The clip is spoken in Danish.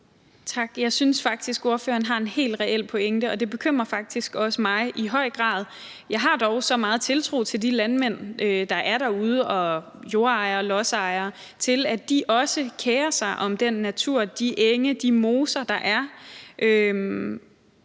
(EL): Jeg synes faktisk, at ordføreren har en helt reel pointe, og det bekymrer også mig i høj grad. Jeg har dog så meget tiltro til de landmænd jordejere og lodsejere, der er derude, altså til at de også kerer sig om den natur og de enge, de moser, der er,